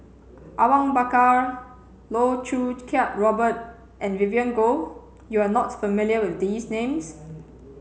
Awang Bakar Loh Choo Kiat Robert and Vivien Goh you are not familiar with these names